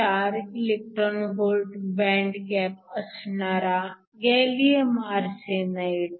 4 eV band gap असणारा gallium arsenide